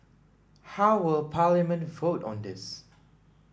how will Parliament vote on this